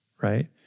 right